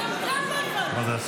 וגם --- לא הבנתי.